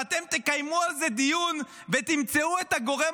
ואתם תקיימו על זה דיון ותמצאו את הגורם